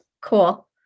Cool